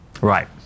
Right